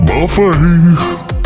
Buffet